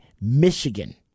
Michigan